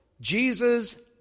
Jesus